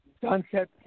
Sunset